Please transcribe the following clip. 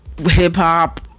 hip-hop